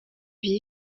vif